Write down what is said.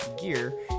gear